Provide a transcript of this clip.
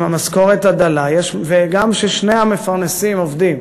עם המשכורת הדלה, וגם כששני המפרנסים עובדים